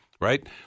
right